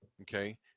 okay